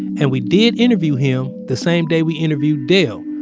and we did interview him the same day we interviewed dell.